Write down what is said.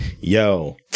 yo